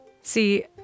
See